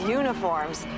uniforms